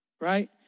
right